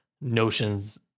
notions